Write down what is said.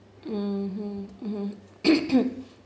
mmhmm mmhmm